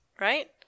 right